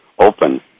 open